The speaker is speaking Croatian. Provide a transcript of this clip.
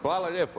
Hvala lijepo.